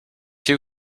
too